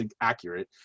accurate